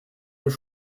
deux